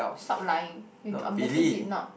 stop lying you obviously did not